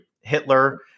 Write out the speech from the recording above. Hitler